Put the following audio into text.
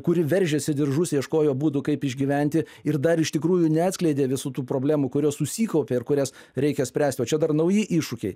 kuri veržėsi diržus ieškojo būdų kaip išgyventi ir dar iš tikrųjų neatskleidė visų tų problemų kurios susikaupė ir kurias reikia spręst o čia dar nauji iššūkiai